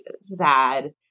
sad